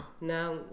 Now